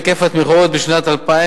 היקף התמיכות בשנת 2011